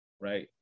right